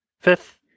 fifth